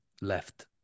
left